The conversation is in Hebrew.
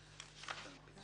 הצעת